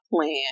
plan